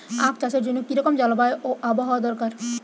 আখ চাষের জন্য কি রকম জলবায়ু ও আবহাওয়া দরকার?